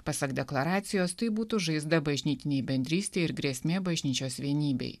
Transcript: pasak deklaracijos tai būtų žaizda bažnytinei bendrystei ir grėsmė bažnyčios vienybei